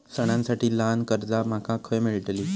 सणांसाठी ल्हान कर्जा माका खय मेळतली?